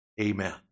Amen